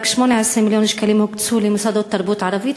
רק 18 מיליון שקלים הוקצו במשרד לתרבות הערבית.